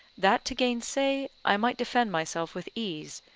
that to gainsay, i might defend myself with ease,